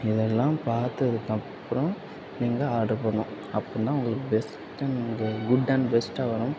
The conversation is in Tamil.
இதெல்லாம் பார்த்ததுக்கப்பறம் நீங்கள் ஆர்டர் போடணும் அப்ப தான் உங்களுக்கு பெஸ்ட் அண்ட் நீங்கள் குட் அண்ட் பெஸ்ட்டாக வரும்